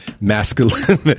masculine